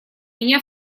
меня